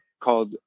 called